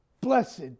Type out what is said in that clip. Blessed